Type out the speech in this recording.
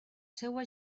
seua